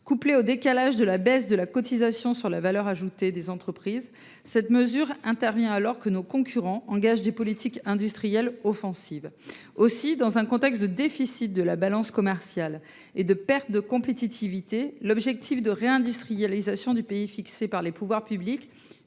Couplée au décalage de la baisse de la CVAE, cette mesure intervient alors que nos concurrents engagent des politiques industrielles offensives. Aussi, dans un contexte de déficit de la balance commerciale et de perte de compétitivité, l’objectif de réindustrialisation du pays fixé par les pouvoirs publics